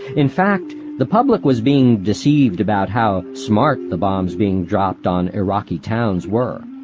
in fact, the public was being deceived about how smart the bombs being dropped on iraqi towns were.